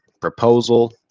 proposal